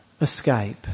escape